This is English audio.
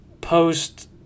post-